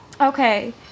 Okay